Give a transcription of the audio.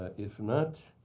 if not,